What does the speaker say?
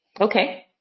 Okay